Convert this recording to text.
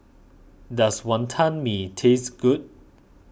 does Wonton Mee taste good